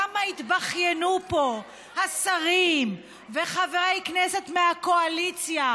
כמה התבכיינו פה השרים וחברי כנסת מהקואליציה